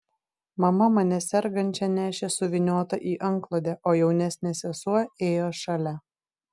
mama mane sergančią nešė suvyniotą į antklodę o jaunesnė sesuo ėjo šalia